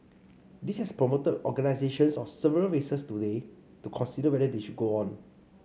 this has prompted organisations of several races today to consider whether they should go on